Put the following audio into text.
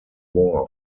war